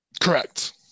Correct